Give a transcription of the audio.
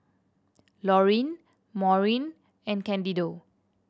Laurine Maurine and Candido